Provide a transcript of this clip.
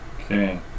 okay